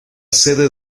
sede